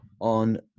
on